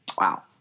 Wow